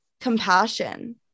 compassion